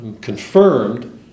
confirmed